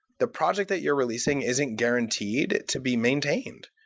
the project that you're releasing isn't guaranteed to be maintained.